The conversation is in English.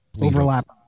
overlap